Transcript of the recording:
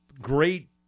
great